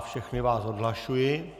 Všechny vás odhlašuji.